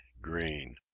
green